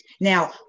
Now